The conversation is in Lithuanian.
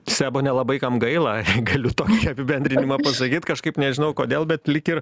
sebo nelabai kam gaila galiu tokį apibendrinimą pasakyt kažkaip nežinau kodėl bet lyg ir